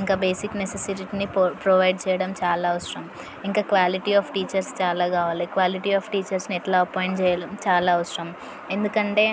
ఇంకా బేసిక్ నెస్ససిటీని pro provide చేయడం చాలా అవసరం ఇంకా క్వాలిటీ ఆఫ్ టీచర్స్ చాలా కావాలి క్వాలిటీ ఆఫ్ టీచర్స్ని ఎట్లా అపాయింట్ చేయాలి చాలా అవసరం ఎందుకంటే